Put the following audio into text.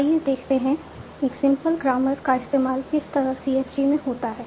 आइए देखते हैं एक सिंपल ग्रामर का इस्तेमाल किस तरह सीएफजी में होता है